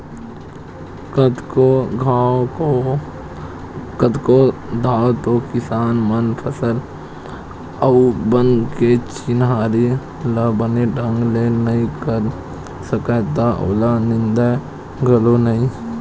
कतको घांव तो किसान मन फसल अउ बन के चिन्हारी ल बने ढंग ले नइ कर सकय त ओला निंदय घलोक नइ